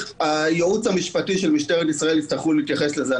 הייעוץ המשפטי של משטרת ישראל יצטרך להתייחס לזה.